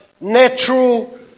Natural